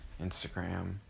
Instagram